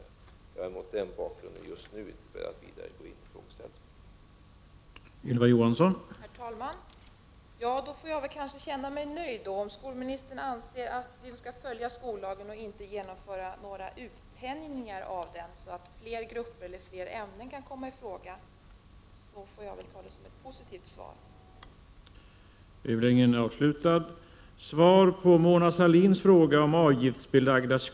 Och jag är mot denna bakgrund just nu inte beredd att vidare gå in på frågeställningen.